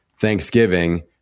Thanksgiving